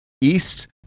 east